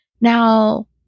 Now